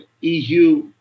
EU